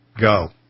go